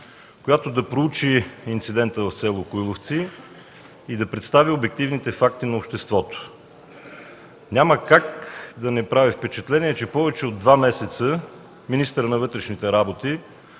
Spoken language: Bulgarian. която да проучи инцидента в село Коиловци и да представи обективните факти на обществото. Няма как да не прави впечатление, че повече от два месеца министърът на вътрешните работи